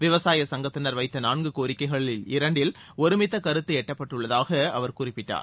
விவசாய சங்கத்தினர் வைத்த நான்கு கோரிக்கைகளில் இரண்டில் ஒரு மித்த கருத்து எட்டப்பட்டுள்ளதாக அவர் குறிப்பிட்டார்